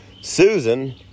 Susan